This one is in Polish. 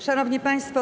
Szanowni Państwo!